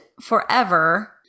forever